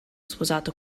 sposato